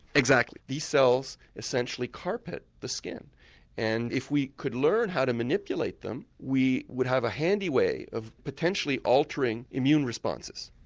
exactly, these cells essentially carpet the skin and if we could learn how to manipulate them we would have a handy way of potentially altering immune responses.